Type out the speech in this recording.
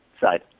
side